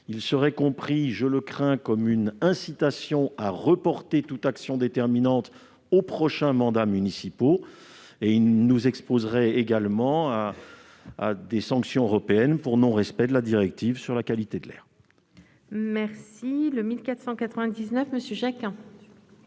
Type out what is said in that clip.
serait comprise, je le crains, comme une incitation à reporter toute action déterminante aux prochains mandats municipaux et nous exposerait à des sanctions européennes pour non-respect de la directive sur la qualité de l'air. La parole est à M. Joël